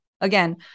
again